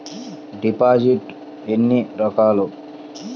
డిపాజిట్లు ఎన్ని రకాలు?